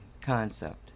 concept